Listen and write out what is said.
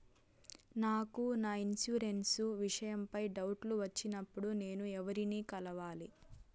నాకు నా ఇన్సూరెన్సు విషయం పై డౌట్లు వచ్చినప్పుడు నేను ఎవర్ని కలవాలి?